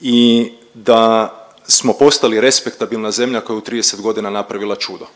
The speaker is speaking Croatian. i da smo postali respektabilna zemlja koja je u 30 godina napravila čudo